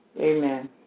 Amen